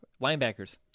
linebackers